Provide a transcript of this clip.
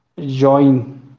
join